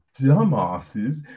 dumbasses